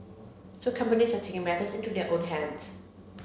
so companies are taking matters into their own hands